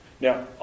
Now